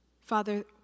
Father